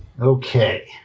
Okay